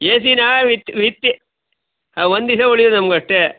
ಎಸಿನಾ with with ಹಾಂ ಒಂದು ದಿವಸ ಉಳಿಯೋದು ನಮ್ಗೆ ಅಷ್ಟೇ